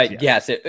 Yes